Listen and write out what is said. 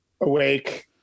awake